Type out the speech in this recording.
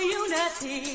unity